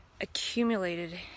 accumulated